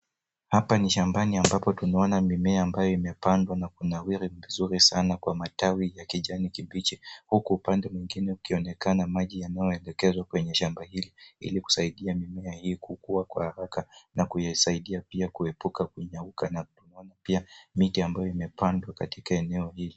Hapa ni shambani ambapo tunaona mimea ambayo imepandwa na kunawiri vizuri kwa matawi ya kijani kibichi huku sehemu nyinine ikionekana maji yanayoelekezwa kwenye shamba hili ili kusaida mimea hii kukuwa kwa haraka na kuyasaidia pia kuepuka kunyauka na kunayo pia miti ambayo imepandwa katika eneo hili.